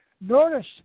Notice